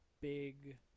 big